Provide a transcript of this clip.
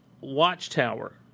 Watchtower